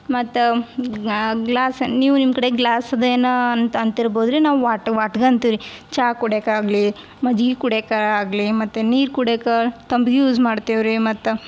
ಮತ್ತು ಗ್ಲಾಸ್ ನೀವು ನಿಮ್ಮ ಕಡೆ ಗ್ಲಾಸ್ ಅದೇನೋ ಅಂತ ಅಂತಿರ್ಬೋದು ರೀ ನಾವು ವಾಟ್ ವಾಟಗ ಅಂತೀವಿ ರೀ ಚಾ ಕುಡಿಯಕ್ಕಾಗಲಿ ಮಜ್ಗೆ ಕುಡಿಯಕ್ಕಾಗ್ಲಿ ಮತ್ತು ನೀರು ಕುಡಿಯಕ್ಕೆ ತಂಬ್ಗೆ ಯೂಸ್ ಮಾಡ್ತೇವೆ ರೀ ಮತ್ತು